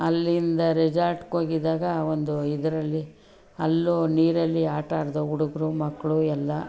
ಅಲ್ಲಿಂದ ರೆಜಾರ್ಟಿಗೆ ಹೋಗಿದ್ದಾಗ ಒಂದು ಇದರಲ್ಲಿ ಅಲ್ಲೂ ನೀರಲ್ಲಿ ಆಟ ಆಡಿದೋ ಹುಡುಗ್ರು ಮಕ್ಕಳು ಎಲ್ಲ